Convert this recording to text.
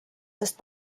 sest